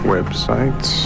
Websites